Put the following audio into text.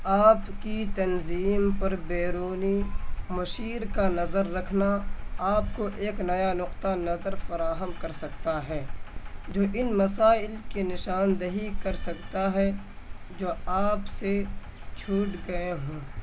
آپ کی تنظیم پر بیرونی مشیر کا نظر رکھنا آپ کو ایک نیا نقطہ نظر فراہم کر سکتا ہے جو ان مسائل کی نشاندہی کر سکتا ہے جو آپ سے چھوٹ گئے ہوں